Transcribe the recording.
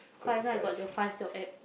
cause now I got the Fast Job App